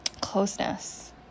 closeness